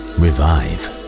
revive